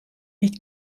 nicht